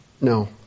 No